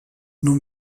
non